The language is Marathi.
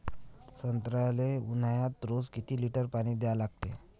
संत्र्याले ऊन्हाळ्यात रोज किती लीटर पानी द्या लागते?